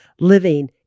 living